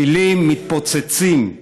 טילים מתפוצצים.